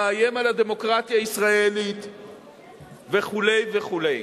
מאיים על הדמוקרטיה הישראלית וכו' וכו'.